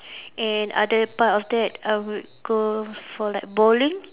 and other part of that I would go for like bowling